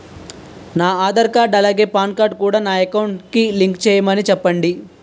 నా ఆధార్ కార్డ్ అలాగే PAN card కూడా నా అకౌంట్ కి లింక్ చేయమని చెప్పండి